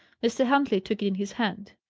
mr. huntley took it in his hand.